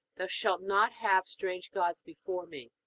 thou shalt not have strange gods before me.